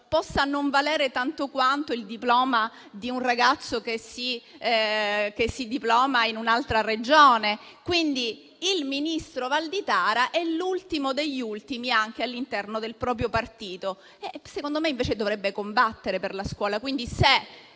possa non valere tanto quanto quello di un ragazzo che si diploma in un'altra Regione. Il ministro Valditara, quindi, è l'ultimo degli ultimi anche all'interno del proprio partito. Secondo me, invece, dovrebbe combattere per la scuola.